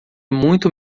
muito